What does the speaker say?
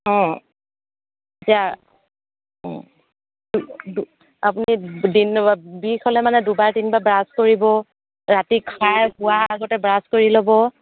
অঁ এতিয়া আপুনি দিনত বিষ হ'লে মানে দুবাৰ তিনিবাৰ ব্ৰাছ কৰিব ৰাতি খাই শুৱাৰ আগতে ব্ৰাছ কৰি ল'ব